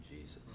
jesus